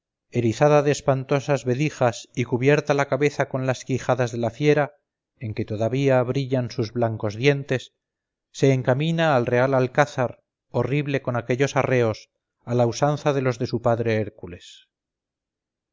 erizada de espantosas vedijas y cubierta la cabeza con las quijadas de la fiera en que todavía brillan sus blancos dientes se encamina al real alcázar horrible con aquellos arreos a la usanza de los de su padre hércules